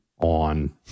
on